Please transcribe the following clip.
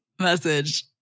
message